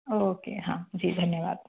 okay हाँ जी धन्यवाद